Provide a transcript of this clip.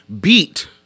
beat